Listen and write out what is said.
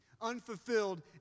Unfulfilled